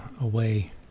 away